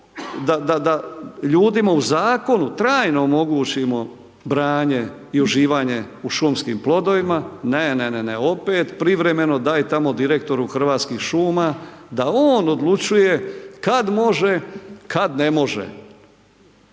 da ljudima u zakonu trajno omogućimo branje i uživanje u šumskim plodovima, ne, ne, ne, opet privremeno daj tamo direktoru Hrvatskih šuma da on odlučuje kad može, kad ne može.